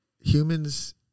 humans